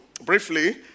briefly